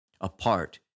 apart